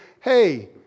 hey